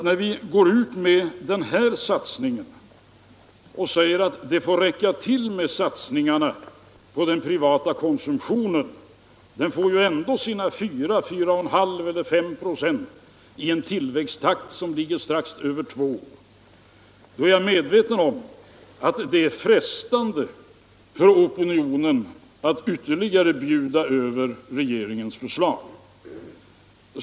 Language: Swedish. När vi går ut med den här satsningen och säger att det får räcka med satsningarna på den privata konsumtionen — den får ju ändå sina 4, 4,5 eller 5 9 i en tillväxttakt som ligger strax över 2 96 —- är jag väl medveten om att det är frestande för oppositionen att ytterligare bjuda över regeringens förslag.